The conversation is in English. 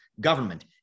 government